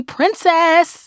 Princess